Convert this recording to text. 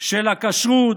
של הכשרות,